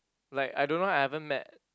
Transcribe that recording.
like I don't know I haven't met